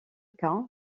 cas